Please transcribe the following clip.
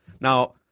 Now